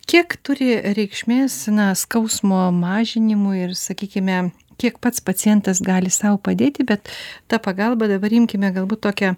kiek turi reikšmės skausmo mažinimui ir sakykime kiek pats pacientas gali sau padėti bet ta pagalba dabar imkime galbūt tokia